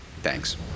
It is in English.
Thanks